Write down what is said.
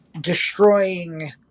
destroying